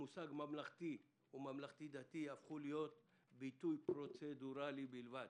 המושג ממלכתי או ממלכתי-דתי הפכו ביטוי פרוצדורלי בלבד.